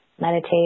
meditate